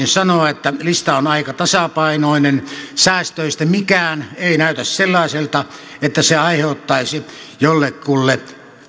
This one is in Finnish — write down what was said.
sanoa että lista on aika tasapainoinen säästöistä mikään ei näytä sellaiselta että se aiheuttaisi jollekulle